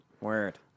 Word